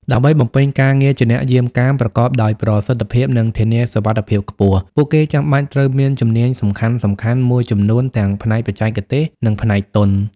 ដើម្បីបំពេញការងារជាអ្នកយាមកាមប្រកបដោយប្រសិទ្ធភាព និងធានាសុវត្ថិភាពខ្ពស់ ពួកគេចាំបាច់ត្រូវមានជំនាញសំខាន់ៗមួយចំនួនទាំងផ្នែកបច្ចេកទេស និងផ្នែកទន់។